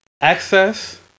access